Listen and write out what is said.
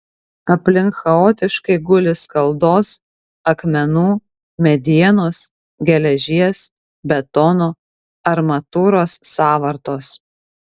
aplink chaotiškai guli skaldos akmenų medienos geležies betono armatūros sąvartos